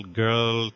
girl